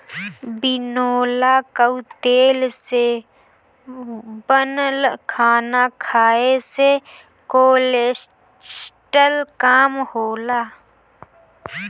बिनौला कअ तेल से बनल खाना खाए से कोलेस्ट्राल कम होला